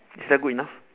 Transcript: is that good enough